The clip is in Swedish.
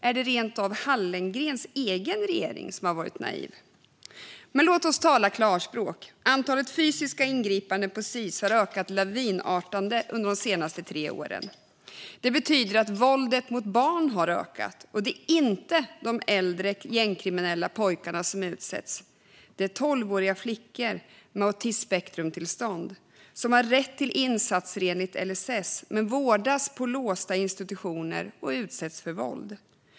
Är det rent av Hallengrens egen regering som har varit naiv? Låt oss tala klarspråk. Antalet fysiska ingripanden på Sis har ökat lavinartat under de senaste tre åren. Det betyder att våldet mot barn har ökat, och det är inte de äldre gängkriminella pojkarna som utsätts utan tolvåriga flickor med autismspektrumtillstånd. De har rätt till insatser enligt LSS, men de vårdas på låsta institutioner och utsätts för våld.